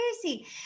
crazy